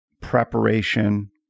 preparation